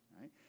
right